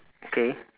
okay